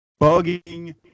Bugging